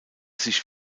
sich